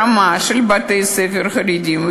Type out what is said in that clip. הרמה של בתי-הספר החרדיים.